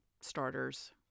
starters